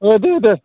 औ दे दे